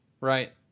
right